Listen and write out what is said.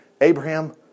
Abraham